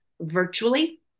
virtually